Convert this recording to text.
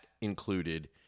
included